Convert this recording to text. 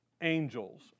angels